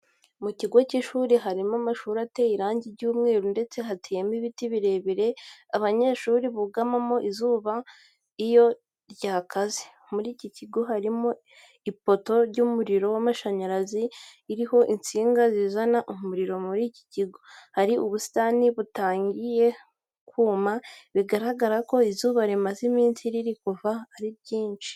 Mu kigo cy'ishuri harimo amashuri ateye irangi ry'umweru ndetse hateyemo ibiti birebire abanyeshuri bugamamo izuba iyo ryakaze. Muri iki kigo harimo ipoto y'umuriro w'amashanyarazi iriho insinga zizana umuriro muri icyo kigo. Hari ubusitani butangiye kuma bigaragara ko izuba rimaze iminsi riri kuva ari ryinshi.